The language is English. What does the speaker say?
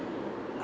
how ah